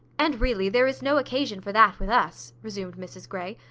and really there is no occasion for that with us, resumed mrs grey.